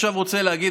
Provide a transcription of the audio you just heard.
עכשיו אני רוצה להגיד